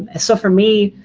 ah so for me,